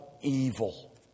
evil